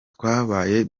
twabaye